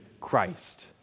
Christ